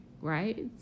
right